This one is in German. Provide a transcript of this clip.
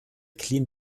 clean